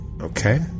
Okay